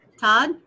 Todd